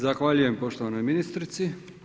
Zahvaljujem poštovanoj ministrici.